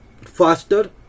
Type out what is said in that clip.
faster